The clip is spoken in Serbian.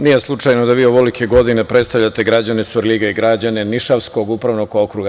Nije slučajno da vi ovolike godine predstavljate građane Svrljiga i građane Nišavskog upravnog okruga.